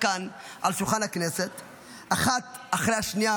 כאן על שולחן הכנסת אחת אחרי השנייה,